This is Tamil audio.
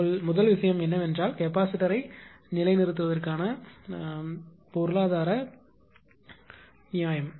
உங்கள் முதல் விஷயம் என்னவென்றால் கெப்பாசிட்டர்யை நிறுத்துவதற்கான பொருளாதார நியாயம்